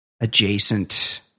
adjacent